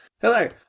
hello